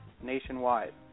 nationwide